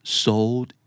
sold